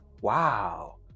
wow